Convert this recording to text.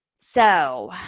so,